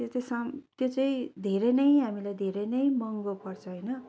त्यो चाहिँ धेरै नै हामीलाई धेरै नै महँगो पर्छ होइन